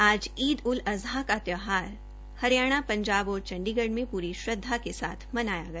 आज ईद उल अजहा का त्यौहार हरियाणा पंजाब और चण्डीगढ में पूरी श्रद्वा के साथ मनाया गया